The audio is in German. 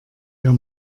wir